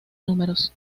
números